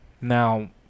Now